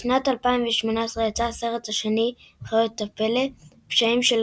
בשנת 2018 יצא הסרט השני, חיות הפלא הפשעים של